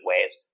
ways